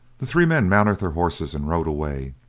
the three men mounted their horses and rode away,